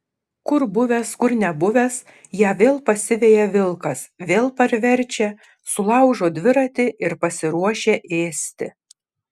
kur buvęs kur nebuvęs ją vėl pasiveja vilkas vėl parverčia sulaužo dviratį ir pasiruošia ėsti